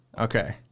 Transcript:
Okay